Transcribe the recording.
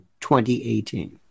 2018